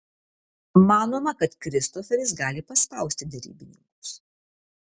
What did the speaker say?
manoma kad kristoferis gali paspausti derybininkus